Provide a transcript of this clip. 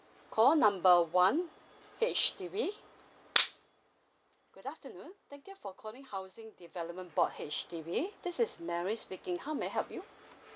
call number one H_D_B good afternoon thank you for calling housing development board H_D_B this is mary speaking how may I help you